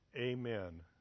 Amen